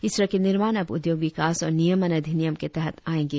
इस तरह के निर्माण अब उद्योग विकास और नियमन अधिनियम के तहत आयेगें